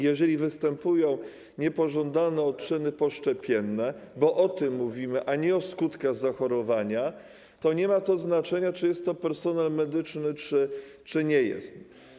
Jeżeli występują niepożądane odczyny poszczepienne - bo o tym mówimy, a nie o skutkach zachorowania - to nie ma znaczenia, czy to jest personel medyczny, czy nie jest.